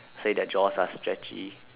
say their jaws are stretchy